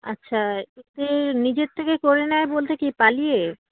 আচ্ছা এতে নিজের থেকে করে নেয় বলতে কি পালিয়ে